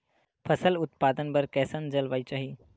फसल उत्पादन बर कैसन जलवायु चाही?